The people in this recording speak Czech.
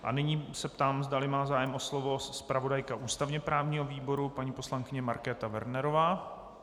A nyní se ptám, zdali má zájem o slovo zpravodajka ústavněprávního výboru paní poslankyně Markéta Wernerová...